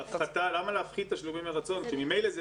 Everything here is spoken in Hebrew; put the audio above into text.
הגבלה, למה להפחית תשלומים מרצון, כי ממילא זה